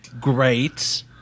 great